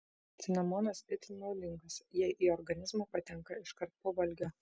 cinamonas itin naudingas jei į organizmą patenka iškart po valgio